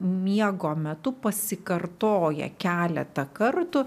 miego metu pasikartoja keletą kartų